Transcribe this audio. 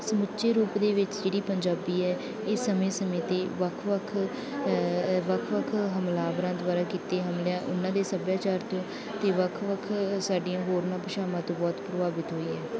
ਸਮੁੱਚੇ ਰੂਪ ਦੇ ਵਿੱਚ ਜਿਹੜੀ ਪੰਜਾਬੀ ਹੈ ਇਹ ਸਮੇਂ ਸਮੇਂ 'ਤੇ ਵੱਖ ਵੱਖ ਵੱਖ ਵੱਖ ਹਮਲਾਵਰਾਂ ਦੁਆਰਾ ਕੀਤੇ ਹਮਲਿਆਂ ਉਹਨਾਂ ਦੇ ਸੱਭਿਆਚਾਰ ਤੋਂ ਅਤੇ ਵੱਖ ਵੱਖ ਸਾਡੀਆਂ ਹੋਰਨਾਂ ਭਾਸ਼ਾਵਾਂ ਤੋਂ ਬਹੁਤ ਪ੍ਰਭਾਵਿਤ ਹੋਈ ਹੈ